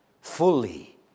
fully